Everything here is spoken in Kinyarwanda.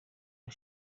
aho